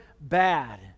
bad